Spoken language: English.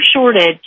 shortage